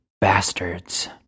bastards